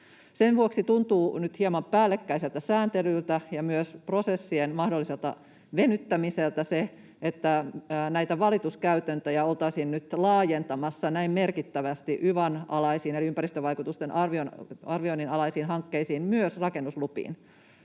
Sen vuoksi tuntuu nyt hieman päällekkäiseltä sääntelyltä ja myös prosessien mahdolliselta venyttämiseltä, että näitä valituskäytäntöjä oltaisiin nyt laajentamassa näin merkittävästi yvan alaisiin eli ympäristövaikutusten arvioinnin alaisiin hankkeisiin, myös rakennuslupiin.